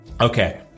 Okay